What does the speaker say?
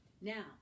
Now